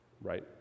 right